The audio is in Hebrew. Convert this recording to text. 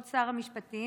כבוד שר המשפטים,